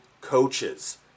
coaches